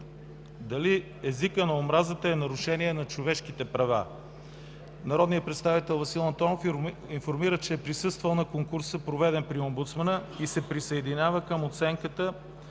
дали езикът на омразата е нарушение на човешките права? Народният представител Васил Антонов информира, че е присъствал на конкурса, проведен при омбудсмана и се присъединява към оценката